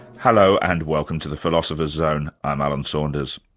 hello, and welcome to the philosopher's zone. i'm alan saunders.